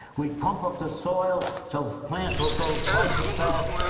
we pump up the soil, so plants will grow twice as fast.